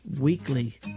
weekly